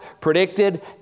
predicted